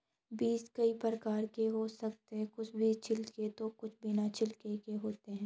बीज कई प्रकार के हो सकते हैं कुछ बीज छिलके तो कुछ बिना छिलके के होते हैं